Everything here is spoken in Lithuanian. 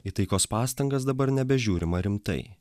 į taikos pastangas dabar nebežiūrima rimtai